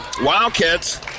Wildcats